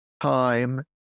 time